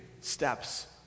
steps